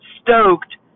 stoked